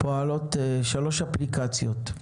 פועלות שלוש אפליקציות: